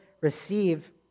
receive